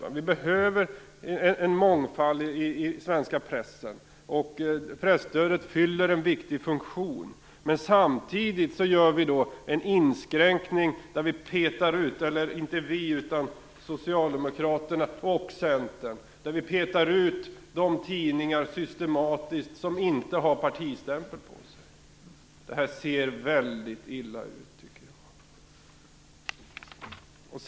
Det behövs en mångfald i den svenska pressen, och presstödet fyller en viktig funktion. Men samtidigt gör Socialdemokraterna och Centern nu en inskränkning, där de systematiskt petar ut de tidningar som inte har partistämpel på sig. Det här ser väldigt illa ut, tycker jag.